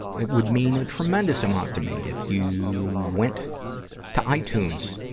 it would mean a tremendous amount to me if you went to itunes,